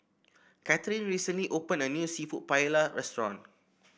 Katherin recently opened a new seafood Paella restaurant